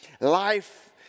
life